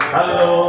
Hello